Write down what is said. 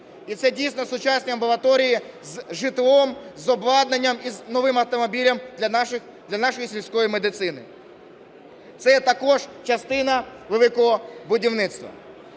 І це, дійсно, сучасні амбулаторії з житлом, з обладнанням і з новим автомобілем для нашої сільської медицини. Це також частина "Великого будівництва".